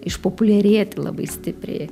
išpopuliarėti labai stipriai